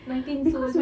nineteen years old